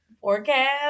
forecast